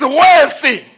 wealthy